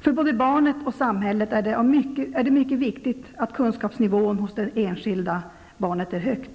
För både barnet och samhället är det mycket viktigt att kunskapsnivån hos det enskilda barnet är hög.